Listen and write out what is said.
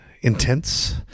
intense